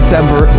Temper